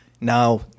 Now